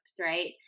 right